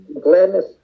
gladness